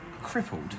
Crippled